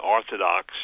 Orthodox